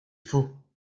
faux